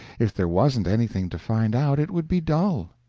if there wasn't anything to find out, it would be dull.